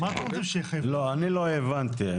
לא, אני לא הבנתי.